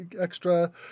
extra